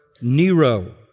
Nero